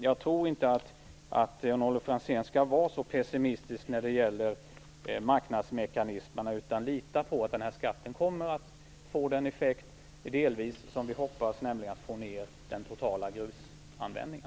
Jag tror inte att Jan-Olof Franzén skall vara så pessimistisk när det gäller marknadsmekanismerna. Han kan lita på att den här skatten delvis kommer att få den effekt vi hoppas, nämligen att få ned den totala grusanvändningen.